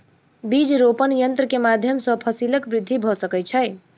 बीज रोपण यन्त्र के माध्यम सॅ फसीलक वृद्धि भ सकै छै